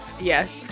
Yes